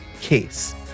case